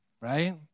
right